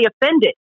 offended